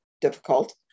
difficult